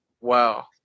wow